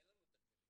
אין לנו את הכלים.